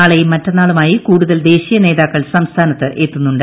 നാളെയും മറ്റന്നാളുമായി കൂടുതൽ ദേശീയ നേതാക്കൾ സംസ്ഥാനത്ത് എത്തുന്നുണ്ട്